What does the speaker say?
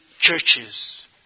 churches